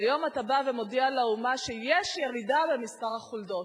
והיום אתה בא ומודיע לאומה שיש ירידה במספר החולדות.